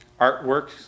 artworks